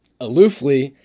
aloofly